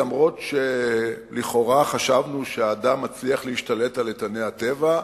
אף-על-פי שלכאורה חשבנו שהאדם מצליח להשתלט על איתני הטבע,